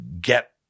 get